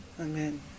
Amen